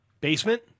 Basement